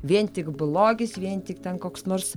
vien tik blogis vien tik ten koks nors